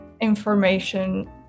information